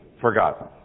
forgotten